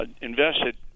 Invested